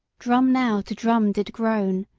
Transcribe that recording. drum now to drum did groan,